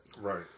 right